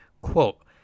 Quote